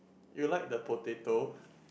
you like the potato